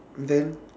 then